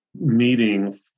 meeting